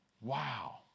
Wow